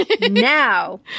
now